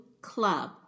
club